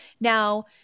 Now